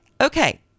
Okay